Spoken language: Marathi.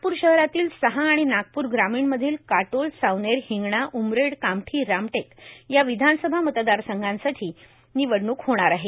नागपूर शहरातील सहा आणि नागपूर ग्रामीणमधील काटोल सावनेर हिंगणा उमरेड कामठी रामटेक या विधानसभा मतदारसंघांसाठी निवडणूक होणार आहे